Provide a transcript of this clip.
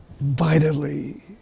vitally